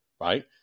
right